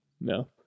No